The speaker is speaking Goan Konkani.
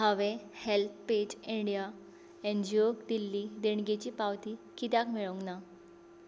हांवें हॅल्पएज इंडिया एन जी ओक दिल्ल्यी देणगेची पावती कित्याक मेळूंक ना